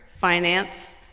finance